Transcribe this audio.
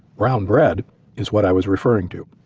brown bread is what i was referring to.